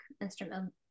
instrument